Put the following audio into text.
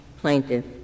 plaintiff